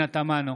פנינה תמנו,